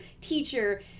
teacher